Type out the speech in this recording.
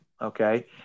okay